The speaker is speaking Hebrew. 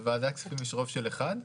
שסעיף (1)(3)